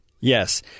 Yes